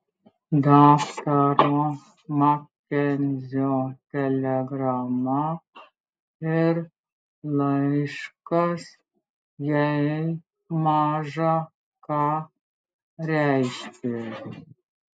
daktaro makenzio telegrama ir laiškas jai maža ką reiškė